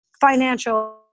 financial